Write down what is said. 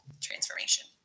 transformation